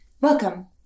Welcome